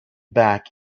back